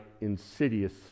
insidious